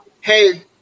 hey